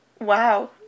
Wow